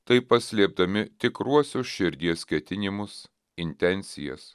taip paslėpdami tikruosius širdies ketinimus intencijas